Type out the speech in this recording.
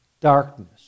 darkness